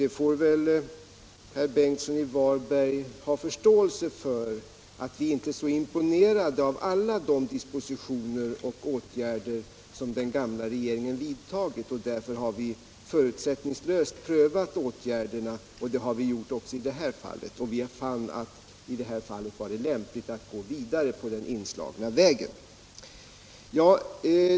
Herr Ingemund Bengtsson Samordnad i Varberg får ha förståelse för att vi inte är så imponerade av alla de dis = sysselsättnings och positioner och åtgärder som den gamla regeringen vidtagit och att vi därför — regionalpolitik förutsättningslöst har prövat åtgärderna. Det har vi gjort också i det här fallet, och vi fann i detta sammanhang att det var lämpligt att gå vidare på den inslagna vägen.